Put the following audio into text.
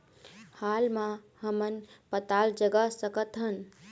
हाल मा हमन पताल जगा सकतहन?